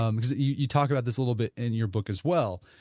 um because you you talked about this little bit in your book as well.